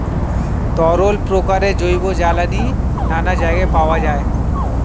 তরল প্রকারের জৈব জ্বালানি নানা জায়গায় পাওয়া যায়